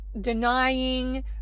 denying